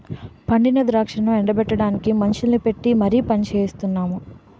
పండిన ద్రాక్షను ఎండ బెట్టడానికి మనుషుల్ని పెట్టీ మరి పనిచెయిస్తున్నాము